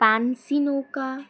পানসি নৌকা